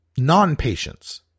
non-patients